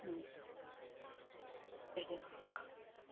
ഉം ശരി എന്നാൽ